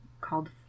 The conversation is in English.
called